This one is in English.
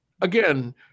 again